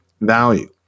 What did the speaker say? Value